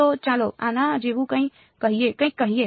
તો ચાલો આના જેવું કંઈક કહીએ